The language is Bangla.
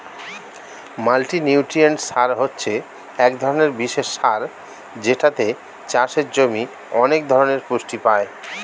মাল্টিনিউট্রিয়েন্ট সার হচ্ছে এক ধরণের বিশেষ সার যেটাতে চাষের জমি অনেক ধরণের পুষ্টি পায়